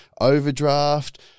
overdraft